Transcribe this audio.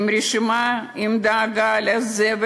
רשימה עם דאגה לזה,